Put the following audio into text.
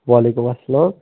وعلیکُم اسلام